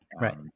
right